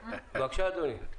בבקשה, אדוני.